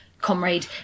comrade